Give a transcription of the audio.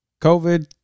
COVID